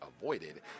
avoided